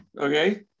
okay